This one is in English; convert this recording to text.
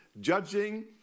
Judging